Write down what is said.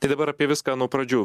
tai dabar apie viską nuo pradžių